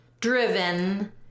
driven